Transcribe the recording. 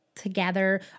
together